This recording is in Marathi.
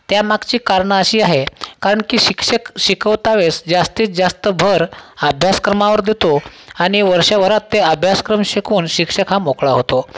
त्यामागची कारणं अशी आहेत कारण की शिक्षक शिकवता वेळेस जास्तीत जास्त भर अभ्यासक्रमावर देतो आणि वर्षभरात ते अभ्यासक्रम शिकवून शिक्षक हा मोकळा होतो